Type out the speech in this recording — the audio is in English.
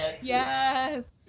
yes